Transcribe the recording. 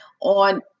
on